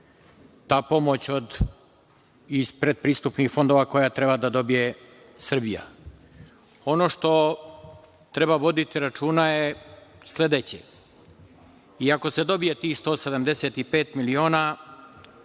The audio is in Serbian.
ta pomoć iz predpristupnih fondova koje treba da dobije Srbija. Ono što treba voditi računa je sledeće. I ako se dobije tih 175 miliona,